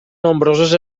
nombrosos